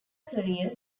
career